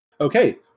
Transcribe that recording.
Okay